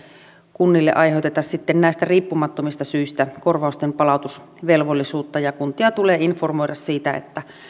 kunnille aiheuteta sitten näistä riippumattomista syistä korvausten palautusvelvollisuutta kuntia tulee informoida siitä että